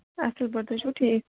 اَصٕل پٲٹھۍ تُہۍ چھِو ٹھیٖک